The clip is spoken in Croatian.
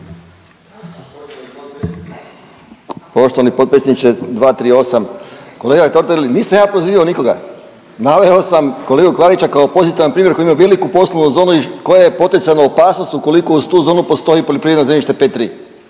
Kolega Totgergeli nisam ja prozivao nikoga, naveo sam kolegu Klarića kao pozitivan primjer koji ima veliku poslovnu zonu i koja je potencijalna opasnost ukoliko uz tu zonu postoji poljoprivredno zemljište pet